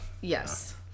Yes